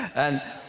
and